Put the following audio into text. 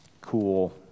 cool